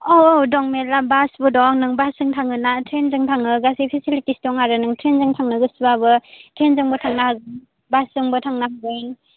औ औ दं मेरला बासबो दं नों बासजों थाङो ना ट्रैनजों थाङो गासिबो फेसिलिथिस दं आरो नों ट्रैनजों थांनो गोसोबाबो ट्रैनजों बो थांनो हागोन बासजोंबो थांनो हागोन